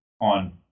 on